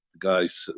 guys